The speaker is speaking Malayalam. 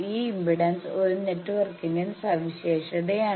ഈ ഇംപെഡൻസ് ഒരു നെറ്റ്വർക്കിന്റെ സവിശേഷതയാണ്